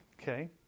Okay